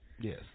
Yes